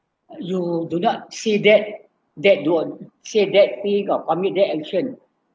uh you do not say that that do on say that got commit that action